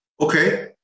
Okay